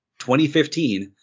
2015